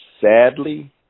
sadly